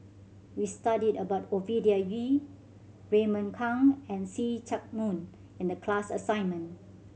we studied about Ovidia Yu Raymond Kang and See Chak Mun in the class assignment